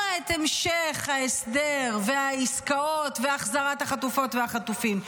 את המשך ההסדר והעסקאות והחזרת החטופות והחטופים,